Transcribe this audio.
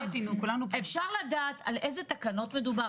אפשר לדעת על איזה תקנות מדובר?